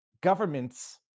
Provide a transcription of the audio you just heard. governments